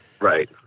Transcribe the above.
right